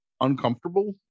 uncomfortable